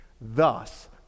thus